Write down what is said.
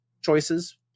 choices